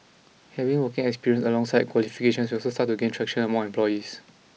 having working experience alongside qualifications will also start to gain traction among employees